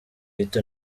ihita